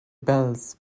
bells